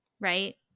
right